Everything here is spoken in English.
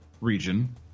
region